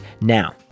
Now